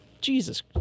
Jesus